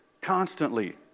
constantly